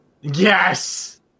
Yes